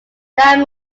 that